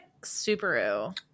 Subaru